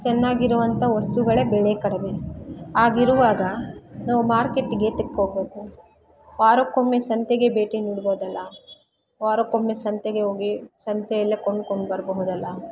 ಚೆನ್ನಾಗಿರುವಂಥ ವಸ್ತುಗಳೇ ಬೆಲೆ ಕಡಿಮೆ ಆಗಿರುವಾಗ ನಾವು ಮಾರ್ಕೆಟಿಗೇತಕ್ಕೋಗ್ಬೇಕು ವಾರಕ್ಕೊಮ್ಮೆ ಸಂತೆಗೆ ಭೇಟಿ ನೀಡ್ಬೋದಲ್ಲ ವಾರಕ್ಕೊಮ್ಮೆ ಸಂತೆಗೆ ಹೋಗಿ ಸಂತೆಯಲ್ಲೇ ಕೊಂಡ್ಕೊಂಡು ಬರಬಹುದಲ್ಲ